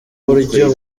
buryo